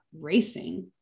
racing